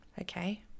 okay